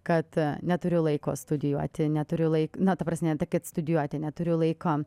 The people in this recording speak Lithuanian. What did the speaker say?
kad neturiu laiko studijuoti neturiu laiko na ta prasme kad studijuoti neturiu laiko